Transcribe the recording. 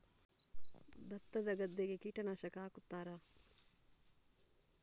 ಭತ್ತದ ಗದ್ದೆಗೆ ಕೀಟನಾಶಕ ಹಾಕುತ್ತಾರಾ?